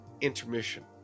intermission